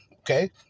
okay